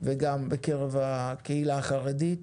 וגם בקרב הקהילה החרדית,